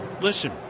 listen